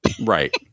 Right